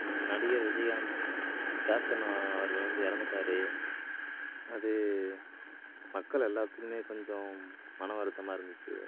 நடிகர் விஜயகாந்த் கேப்டன் அவர்கள் வந்து இறந்துட்டாரு அது மக்கள் எல்லாத்துக்குமே கொஞ்சம் மன வருத்தமாக இருந்துச்சு